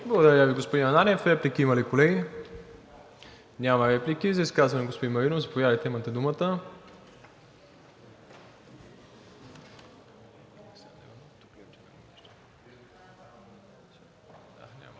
Благодаря Ви, господин Ананиев. Реплики има ли, колеги? Няма. За изказване – господин Маринов. Заповядайте, имате думата.